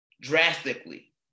drastically